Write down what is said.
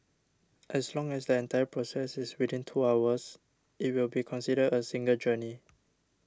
as long as the entire process is within two hours it will be considered a single journey